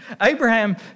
Abraham